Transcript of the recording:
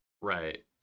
Right